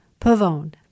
Pavone